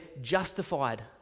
justified